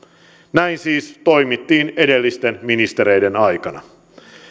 näin siis toimittiin edellisten ministereiden aikana